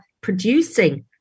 producing